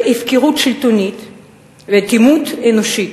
הפקרות שלטונית ואטימות אנושית.